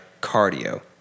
cardio